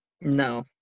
No